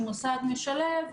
שהוא מוסד משלב,